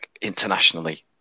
internationally